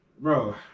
Bro